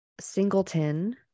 singleton